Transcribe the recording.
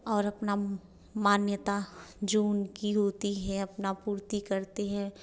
और अपना मान्यता जो उनकी होती है अपना पूर्ति करते हैं